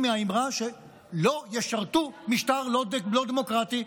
מהאמרה שלא ישרתו משטר לא דמוקרטי,